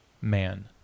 Man